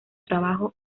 trabajo